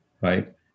right